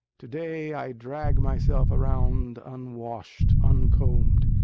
to-day, i drag myself around unwashed, uncombed,